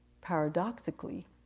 paradoxically